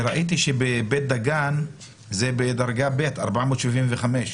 ראיתי שבבית דגן זה בדרגה ב' 475 שקלים.